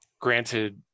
granted